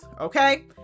okay